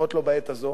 לפחות לא בעת הזאת.